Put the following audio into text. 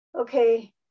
okay